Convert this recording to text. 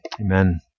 Amen